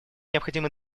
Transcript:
необходимы